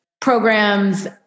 programs